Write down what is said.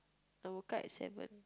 I woke up at seven